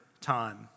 time